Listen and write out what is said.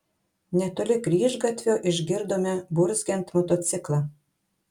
netoli kryžgatvio išgirdome burzgiant motociklą